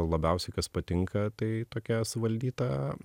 labiausiai kas patinka tai tokia suvaldyta